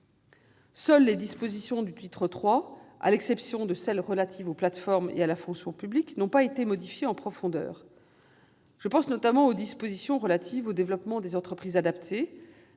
Seules les dispositions du titre III, à l'exception de celles qui sont relatives aux plateformes et à la fonction publique, n'ont pas été modifiées en profondeur. C'est le cas, en particulier, des dispositions relatives au développement des entreprises adaptées,